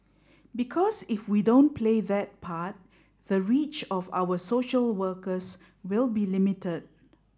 because if we don't play that part the reach of our social workers will be limited